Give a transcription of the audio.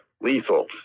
lethal